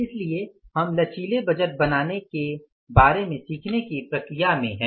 इसलिए हम लचीले बजट बनाने के बारे में सीखने की प्रक्रिया में हैं